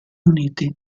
uniti